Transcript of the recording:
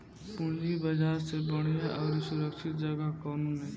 पूंजी बाजार से बढ़िया अउरी सुरक्षित जगह कौनो नइखे